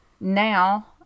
now